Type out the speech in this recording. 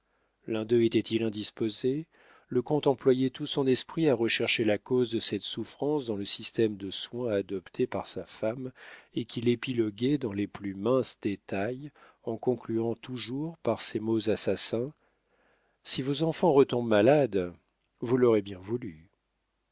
l'un d'eux était-il indisposé le comte employait tout son esprit à rechercher la cause de cette souffrance dans le système de soins adopté par sa femme et qu'il épiloguait dans les plus minces détails en concluant toujours par ces mots assassins si vos enfants retombent malades vous l'aurez bien voulu